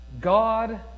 God